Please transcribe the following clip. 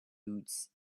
boots